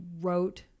wrote